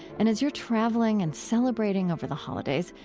and as you're traveling and celebrating over the holidays,